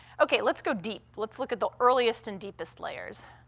okay, let's go deep. let's look at the earliest and deepest layers.